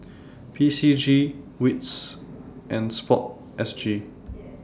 P C G WITS and Sport S G